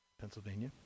Pennsylvania